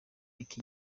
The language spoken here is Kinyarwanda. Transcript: iki